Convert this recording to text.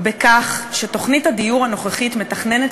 בכך שתוכנית הדיור הנוכחית מתכננת